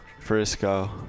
Frisco